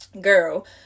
Girl